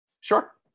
Sure